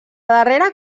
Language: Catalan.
darrera